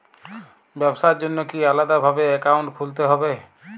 ব্যাবসার জন্য কি আলাদা ভাবে অ্যাকাউন্ট খুলতে হবে?